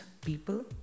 people